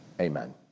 amen